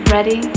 Ready